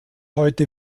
heute